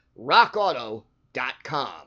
RockAuto.com